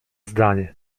zdanie